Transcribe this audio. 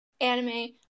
anime